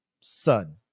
Son